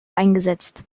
eingesetzt